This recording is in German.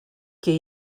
geh